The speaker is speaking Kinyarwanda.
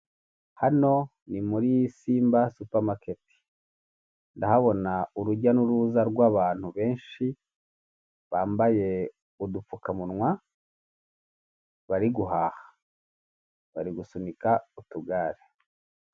Hano ni muri simba supamaketi ndahabona urujya n'uruza rw'abantu benshi, bambaye udupfukamunwa bari guhaha, bari gusunika utugare.